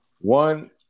One